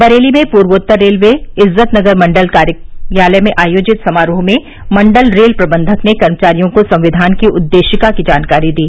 बरेली में पूर्वोत्तर रेलवे इज्जतनगर मण्डल कार्यालय में आयोजित समारोह में मण्डल रेल प्रबन्धक ने कर्मचारियों को संविधान की उद्देशिका की जानकारी दी